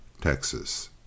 Texas